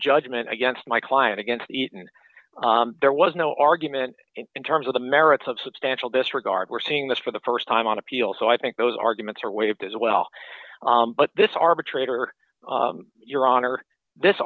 judgment against my client against eaton there was no argument in terms of the merits of substantial disregard we're seeing this for the st time on appeal so i think those arguments are waived as well but this arbitrator your honor this